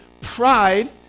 pride